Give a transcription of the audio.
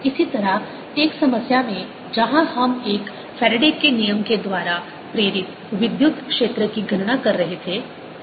इसी तरह एक समस्या में जहां हम एक फैराडे के नियम Faraday's law के द्वारा प्रेरित विद्युत क्षेत्र की गणना कर रहे थे